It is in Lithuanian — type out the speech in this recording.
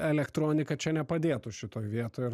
elektronika čia nepadėtų šitoj vietoj